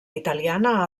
italiana